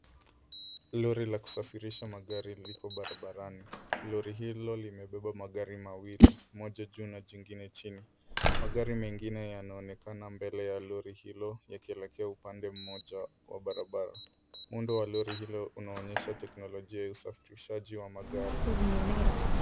Lori la kusafirisha magari liko barabarani. Lori hilo limebeba magari mawili, moja juu na jingine chini. Magari mengine yanaonekana mbele ya lori hilo yakielekea upande mmoja wa barabara. Muundo wa lori hilo unaonyesha teknolojia ya usafirishaji wa magari.